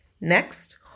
Next